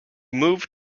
moved